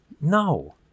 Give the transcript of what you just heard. No